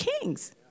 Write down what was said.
kings